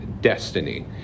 destiny